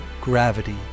gravity